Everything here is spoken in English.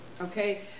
okay